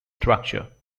structure